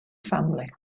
family